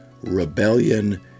rebellion